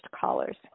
callers